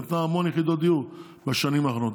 נתנה המון יחידות דיור בשנים האחרונות,